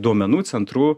duomenų centrų